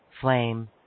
flame